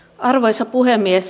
arvoisa puhemies